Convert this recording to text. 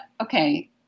okay